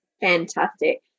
Fantastic